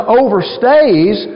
overstays